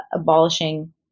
abolishing